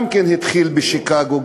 גם כן התחיל בשיקגו,